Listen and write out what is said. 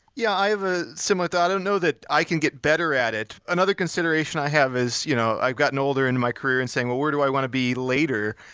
yeah, i have a similar thought. i know that i can get better at it. another consideration i have is you know i've gotten older in my career and saying, where do i want to be later?